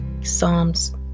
Psalms